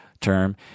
term